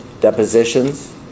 Depositions